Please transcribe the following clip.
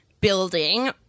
building